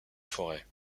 forêt